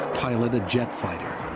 pilot a jet fighter,